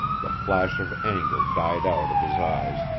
the flash of anger died out of his eyes,